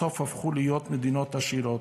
בסוף הפכו להיות מדינות עשירות,